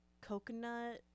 coconut